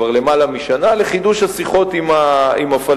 כבר למעלה משנה, לחידוש השיחות עם הפלסטינים.